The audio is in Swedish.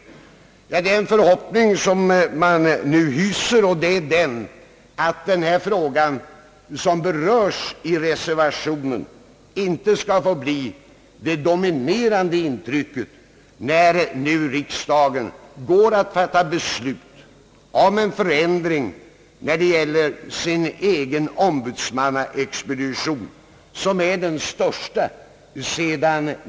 Den förhoppning man nu hyser är att denna fråga, som berörs i reservationen, inte skall utgöra det dominerande intrycket när nu riksdagen går att fatta beslut om en förändring av sin egen ombudsmannainstitution.